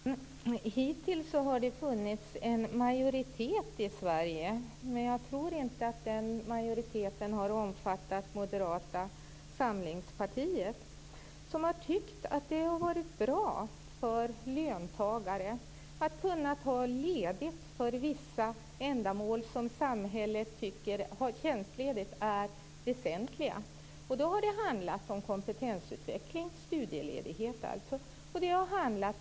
Fru talman! Hittills har det funnits en majoritet i Sverige - men jag tror inte att den majoriteten har omfattat Moderata samlingspartiet - som har tyckt att det har varit bra för löntagare att kunna ta tjänstledigt för vissa ändamål som samhället tycker är väsentliga. Det har handlat om kompetensutveckling, dvs. studieledighet, och föräldraledighet.